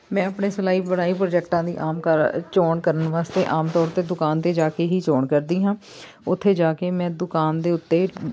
ਮੈਂ ਆਪਣੇ ਸਿਲਾਈ ਬੁਣਾਈ ਪ੍ਰੋਜੈਕਟਾਂ ਦੀ ਆਮ ਘਰ ਚੋਣ ਕਰਨ ਵਾਸਤੇ ਆਮ ਤੌਰ 'ਤੇ ਦੁਕਾਨ 'ਤੇ ਜਾ ਕੇ ਹੀ ਚੋਣ ਕਰਦੀ ਹਾਂ ਉੱਥੇ ਜਾ ਕੇ ਮੈਂ ਦੁਕਾਨ ਦੇ ਉੱਤੇ